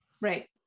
Right